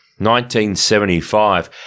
1975